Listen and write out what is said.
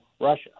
Russia